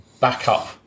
backup